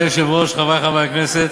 הכנסת,